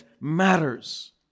matters